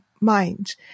mind